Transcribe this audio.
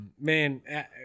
man –